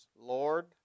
Lord